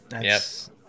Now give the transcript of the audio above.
Yes